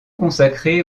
consacrée